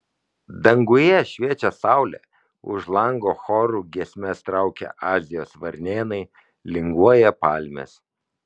danguje šviečia saulė už lango choru giesmes traukia azijos varnėnai linguoja palmės